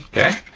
okay?